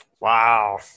Wow